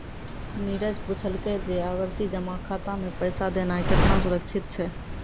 नीरज पुछलकै जे आवर्ति जमा खाता मे पैसा देनाय केतना सुरक्षित छै?